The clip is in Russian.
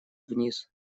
вниз